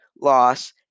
loss